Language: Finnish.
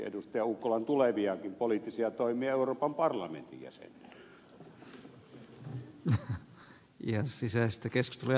ukkolan tuleviakin poliittisia toimia euroopan parlamentin jäsenenä